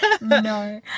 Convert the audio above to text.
no